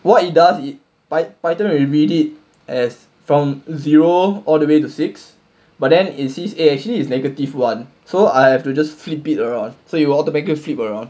what it does it by python already read it as from zero all the way to six but then it sees eh actually is negative one so I have to just flip it around so it automatically flip around